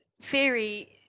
theory